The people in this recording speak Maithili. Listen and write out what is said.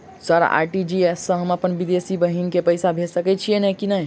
सर आर.टी.जी.एस सँ हम अप्पन विदेशी बहिन केँ पैसा भेजि सकै छियै की नै?